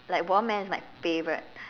like watermelon is my favourite